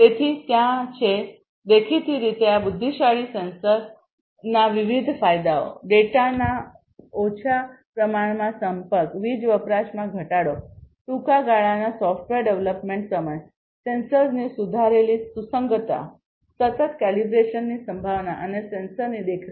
તેથી ત્યાં છે દેખીતી રીતે આ બુદ્ધિશાળી સેન્સરના વિવિધ ફાયદાઓ ડેટાના ઓછા પ્રમાણમાં સંપર્ક વીજ વપરાશમાં ઘટાડો ટૂંકા ગાળાના સોફ્ટવેર ડેવલપમેન્ટ સમય સેન્સર્સની સુધારેલી સુસંગતતા સતત કેલિબ્રેશનની સંભાવના અને સેન્સરની દેખરેખ